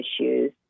issues